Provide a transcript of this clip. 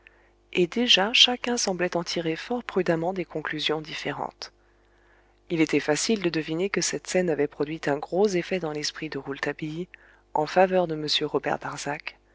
et déjà chacun semblait en tirer fort prudemment des conclusions différentes il était facile de deviner que cette scène avait produit un gros effet dans l'esprit de rouletabille en faveur de m robert darzac